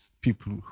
people